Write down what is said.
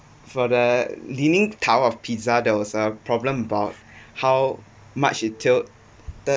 for the leaning tower of pisa there was a problem about how much it tilted